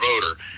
voter